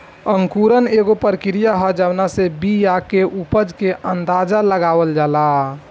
अंकुरण एगो प्रक्रिया ह जावना से बिया के उपज के अंदाज़ा लगावल जाला